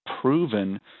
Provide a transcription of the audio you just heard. proven